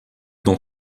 dans